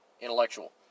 intellectual